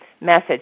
message